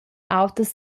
auters